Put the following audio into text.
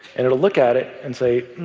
and it will look at it and say,